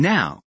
Now